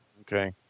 Okay